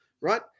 Right